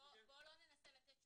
בוא לא ננסה לתת תשובות,